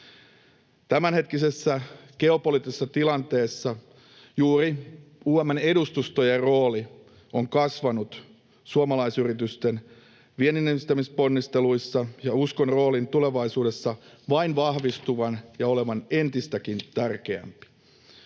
Tämänhetkisessä geopoliittisessa tilanteessa juuri UM:n edustustojen rooli on kasvanut suomalaisyritysten vienninedistämisponnisteluissa, ja uskon roolin tulevaisuudessa vain vahvistuvan ja olevan entistäkin tärkeämpi.